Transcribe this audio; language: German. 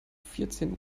vierzehn